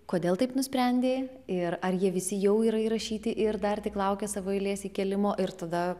kodėl taip nusprendei ir ar jie visi jau yra įrašyti ir dar tik laukia savo eilės įkėlimo ir tada